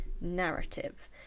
narrative